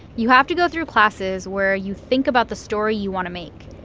you have to go through classes where you think about the story you want to make.